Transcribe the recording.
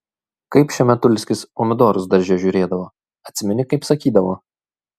kaip šemetulskis pomidorus darže žiūrėdavo atsimeni kaip sakydavo